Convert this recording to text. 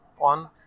on